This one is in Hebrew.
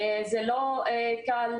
זה לא קל.